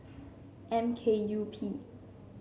M K U P